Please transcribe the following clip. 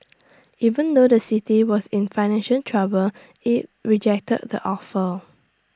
even though the city was in financial trouble IT rejected the offer